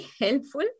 helpful